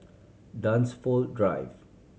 Dunsfold Drive